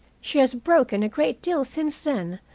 she has broken a great deal since then.